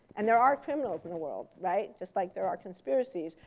and there are criminals in the world, right? just like there are conspiracies.